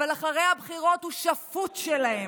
אבל אחרי הבחירות הוא שפוט שלהם,